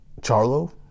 Charlo